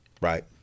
right